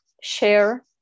share